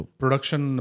production